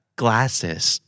glasses